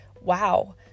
wow